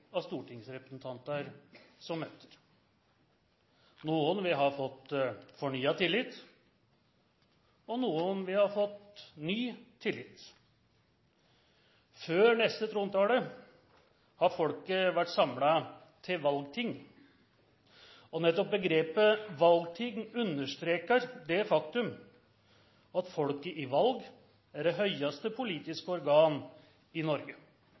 av stortingsrepresentanter som møter. Noen vil ha fått fornyet tillit, noen vil ha fått ny tillit. Før neste trontale har folket vært samlet til valgting, og nettopp begrepet «valgting» understreker det faktum at folket i valg er det høyeste politiske organ i Norge.